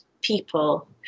people